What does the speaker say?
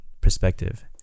perspective